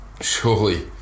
surely